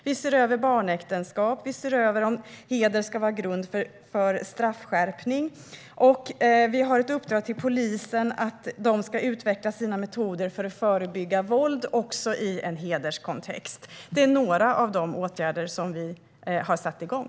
Vi ser över barnäktenskap och om hedern ska vara grund för straffskärpning. Vi har ett uppdrag till polisen att de ska utveckla sina metoder för att förebygga våld också i en hederskontext. Detta är några av de åtgärder som vi har satt igång.